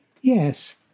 Yes